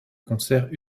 concert